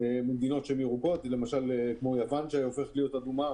ממדינות ירוקות, למשל מייוון שהופכת להיות אדומה.